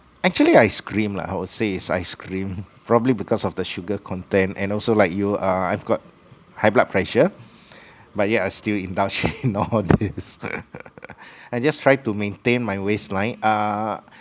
actually ice cream lah I would say is ice cream probably because of the sugar content and also like you err I've got high blood pressure but yeah I still indulge in all these I just try to maintain my waist line err